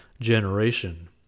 generation